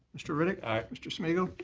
mr. riddick. aye. mr. smigiel.